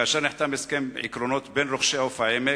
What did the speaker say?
כאשר נחתם הסכם עקרונות בין רוכש "עוף העמק",